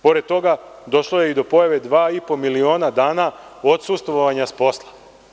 Pored toga, došlo je i do pojave 2,5 miliona dana odsustvovanja s posla.